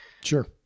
Sure